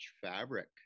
fabric